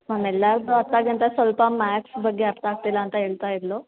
ma'am ಎಲ್ಲಾರದೂ ಅರ್ಥಗಂತ ಸ್ವಲ್ಪ ಮ್ಯಾತ್ಸ್ ಬಗ್ಗೆ ಅರ್ಥ ಆಗ್ತಿಲ್ಲ ಅಂತ ಹೇಳ್ತಾ ಇದ್ಲು